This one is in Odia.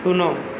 ଶୂନ